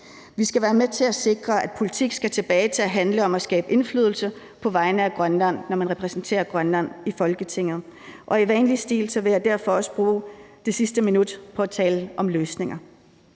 Vi skal være med til at sikre, at politik skal tilbage til at handle om at skabe indflydelse på vegne af Grønland, når man repræsenterer Grønland i Folketinget, og i vanlig stil vil jeg derfor også bruge det sidste minut på at tale om løsninger.